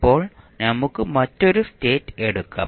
ഇപ്പോൾ നമുക്ക് മറ്റൊരു സ്റ്റേറ്റ് എടുക്കാം